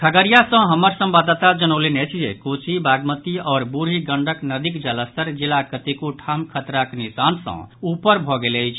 खगड़िया सँ हमर संवाददाता जनौलनि अछि जे कोसी बागमती आओर बूढ़ी गंडक नदीक जलस्तर जिलाक कतेको ठाम खतराक निशान सँ ऊपर भऽ गेल अछि